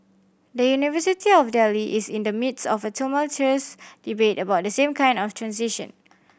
the University of Delhi is in the midst of a tumultuous debate about the same kind of transition